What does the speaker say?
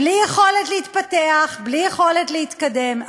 בלי יכולת להתפתח, בלי יכולת להתקדם.